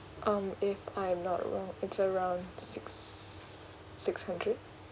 um if I'm not wrong it's around six six hundred